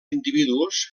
individus